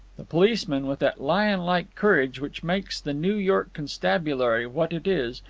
the policeman, with that lionlike courage which makes the new york constabulary what it is,